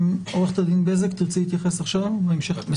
עורכת הדין בזק, תרצי להתייחס עכשיו או בהמשך?